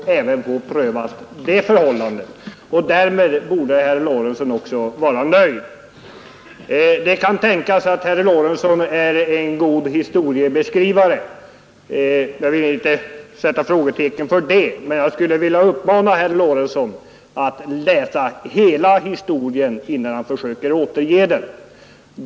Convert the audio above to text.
Där borde också herr Lorentzon vara nöjd. Det kan tänkas att herr Lorentzon är en god historieskrivare — jag vill inte sätta frågetecken för det. Men jag vill uppmana honom att läsa hela historien innan han försöker återge den.